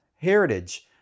heritage